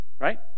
Right